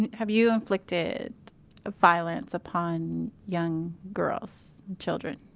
and have you inflicted violence upon young girls children?